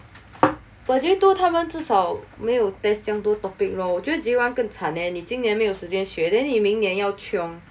but j two 他们至少没有 test 这样多 topic lor 我觉得 j two 跟惨 leh 你今年没有时间学 then 你明年要 chiong